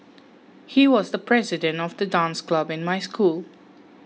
he was the president of the dance club in my school